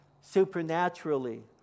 supernaturally